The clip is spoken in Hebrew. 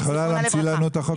את יכולה להמציא לנו את החוק הזה?